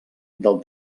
del